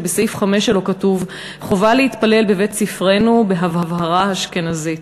שבסעיף 5 שלו כתוב: "חובה להתפלל בבית-ספרנו בהברה אשכנזית.